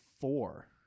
four